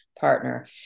partner